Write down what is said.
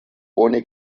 ohne